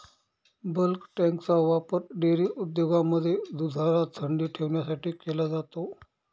bulk टँकचा वापर dairy उद्योगांमध्ये दुधाला थंडी ठेवण्यासाठी केला जातो